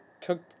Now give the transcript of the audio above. took